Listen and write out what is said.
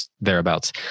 thereabouts